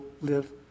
live